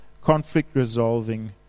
conflict-resolving